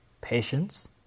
patience